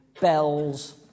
bells